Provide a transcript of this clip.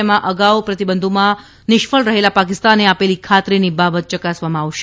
તેમાં અગાઉ પ્રતિબંધોમાં નિષ્ફળ રહેલા પાકિસ્તાને આપેલી ખાતરીની બાબત યકાસવામાં આવશે